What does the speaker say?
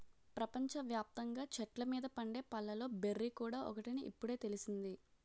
ప్రపంచ వ్యాప్తంగా చెట్ల మీద పండే పళ్ళలో బెర్రీ కూడా ఒకటని ఇప్పుడే తెలిసింది